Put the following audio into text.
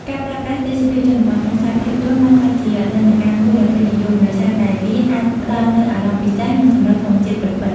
ការប្រើប្រាស់ទេសភាពជនបទក្នុងខ្សែភាពយន្តបានក្លាយជានិន្នាការមួយដ៏ពេញនិយម ដោយសារតែវាអាចផ្តល់នូវអារម្មណ៍ពិសេស និងសម្រស់ធម្មជាតិពិតៗ។